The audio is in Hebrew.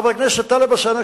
חבר הכנסת טלב אלסאנע,